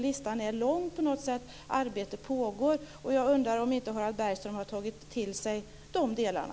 Listan är lång och arbete pågår. Jag undrar om inte Harald Bergström har tagit till sig de delarna.